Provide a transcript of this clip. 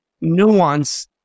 nuance